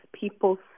people